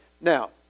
Now